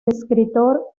escritor